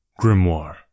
Grimoire